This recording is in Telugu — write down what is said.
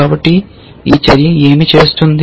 కాబట్టి ఈ చర్య ఏమి చేస్తుంది